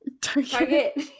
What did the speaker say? Target